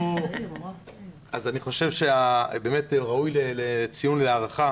אז אני חושב שהוא ראוי לציון ולהערכה